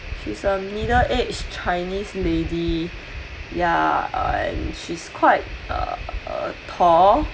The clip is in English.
she's a middle aged chinese lady yeah uh and she's uh quite tall